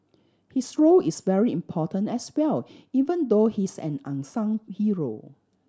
his role is very important as well even though he's an unsung hero